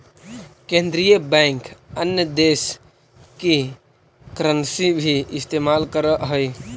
केन्द्रीय बैंक अन्य देश की करन्सी भी इस्तेमाल करअ हई